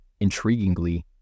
Intriguingly